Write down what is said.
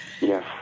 Yes